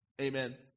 Amen